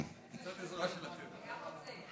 היה רוצה.